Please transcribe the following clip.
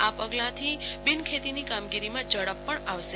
આ પગલાંથી બિન ખેતીની કામગીરીમાં ઝડપ પણ આવશે